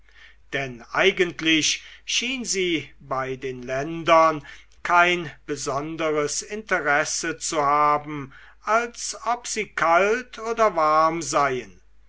denn eigentlich schien sie bei den ländern kein besonderes interesse zu haben als ob sie kalt oder warm seien